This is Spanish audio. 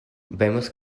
vemos